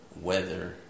weather